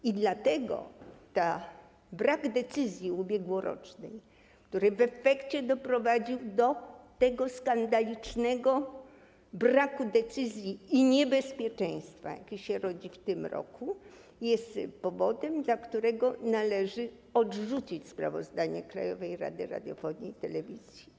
I dlatego brak ubiegłorocznej decyzji, który w efekcie doprowadził do tego skandalicznego braku decyzji i niebezpieczeństwa, jakie się rodzi w tym roku, jest powodem, dla którego należy odrzucić sprawozdanie Krajowej Rady Radiofonii i Telewizji.